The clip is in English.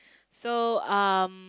so um